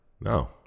No